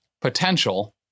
potential